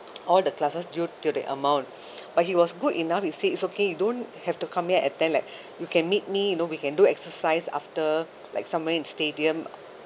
all the classes due to the amount but he was good enough you said it's okay you don't have to come here and attend like you can meet me you know we can do exercise after like somewhere in stadium